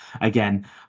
again